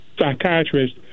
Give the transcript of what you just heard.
psychiatrist